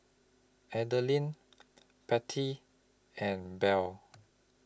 Adeline Patty and Bear